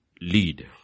lead